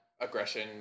aggression